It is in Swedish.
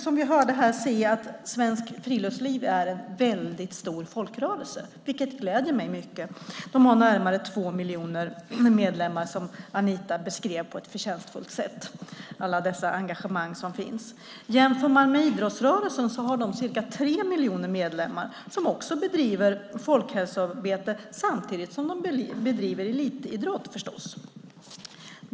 Som vi hörde här kan man se att Svenskt Friluftsliv är en väldigt stor folkrörelse, vilket gläder mig mycket. Det har närmare två miljoner medlemmar, som Anita på ett förtjänstfullt sätt beskrev och talade om alla de engagemang som finns. Om man jämför med idrottsrörelsen har de cirka tre miljoner medlemmar, som också bedriver folkhälsoarbete samtidigt som de förstås bedriver elitidrott.